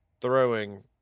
throwing